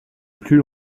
plus